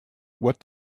what